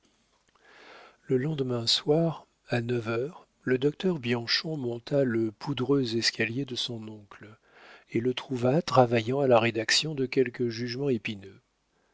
le lendemain soir à neuf heures le docteur bianchon monta le poudreux escalier de son oncle et le trouva travaillant à la rédaction de quelque jugement épineux